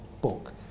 book